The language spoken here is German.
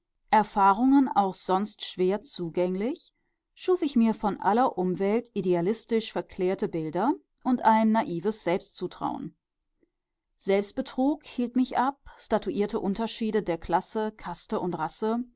erfahrungen auch sonst schwer zugänglich schuf ich mir von aller umwelt idealisch verklärte bilder und ein naives selbstzutrauen selbstbetrug hielt mich ab statuierte unterschiede der klasse kaste und rasse